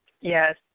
Yes